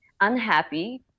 unhappy